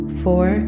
four